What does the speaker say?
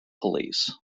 police